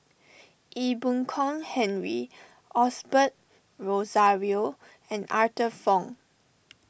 Ee Boon Kong Henry Osbert Rozario and Arthur Fong